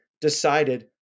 decided